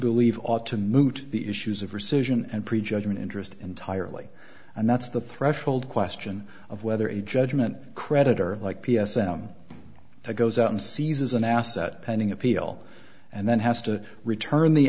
believe ought to moot the issues of rescission and prejudgment interest entirely and that's the threshold question of whether a judgment creditor like p s out there goes out and seizes an asset pending appeal and then has to return the